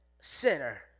sinner